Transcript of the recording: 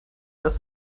das